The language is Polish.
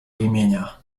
imienia